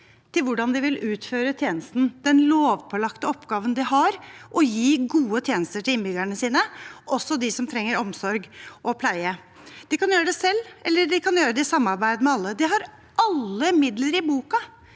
i hvordan de vil utføre tjenesten, den lovpålagte oppgaven de har: å gi gode tjenester til innbyggerne sine, også til dem som trenger omsorg og pleie. De kan gjøre det selv eller de kan gjøre det i samarbeid med andre. De har alle midler i boken